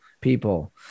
people